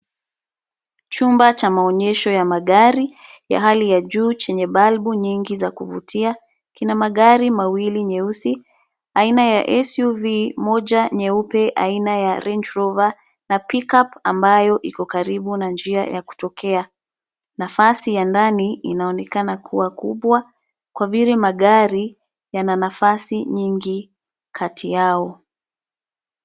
Chumba cha maonyesho ya magari ya hali ya juu chenye balbu nyingi za kuvutia. Kina magari mawili nyeusi aina ya SUV . Moja nyeupe aina ya Range Rover na pickup ambayo iko karibu na njia ya kutokea. Nafasi ya ndani inaonekana kuwa kubwa kwa vile magari yana nafasi nyingi kati yao.